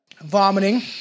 vomiting